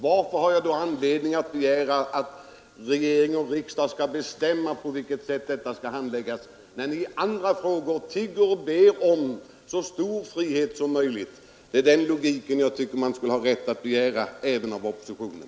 Varför har ni då anledning att kräva att regering och riksdag skall bestämma på vilket sätt denna fråga skall handläggas, när ni i andra frågor tigger och ber om så stor frihet som möjligt? Det är den logiken jag tycker att man skulle ha rätt att begära även av oppositionen.